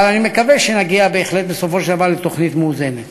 אבל אני מקווה שנגיע בהחלט בסופו של דבר לתוכנית מאוזנת.